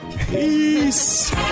Peace